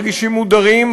מרגישים מודרים,